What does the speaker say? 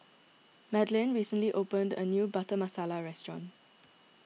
Madeleine recently opened a new Butter Masala restaurant